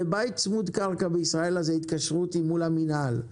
בבית צמוד קרקע בישראל ההתקשרות היא מול המנהל.